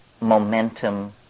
momentum